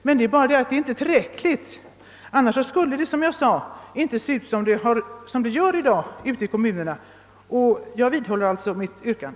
Men det har inte varit tillräckligt. I annat fall skulle det inte — som jag nyss sade — se ut som det gör ute i kommunerna. Jag vidhåller alltså mitt yrkande.